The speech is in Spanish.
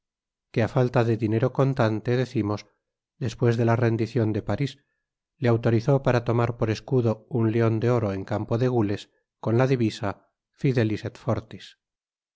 ingenioque á falta de dinero contante decimos despues de la sendicion de paris le autorizó para tomar por escudo un leon de oro en campo de gules con la divisa fidelis